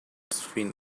sphinx